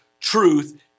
truth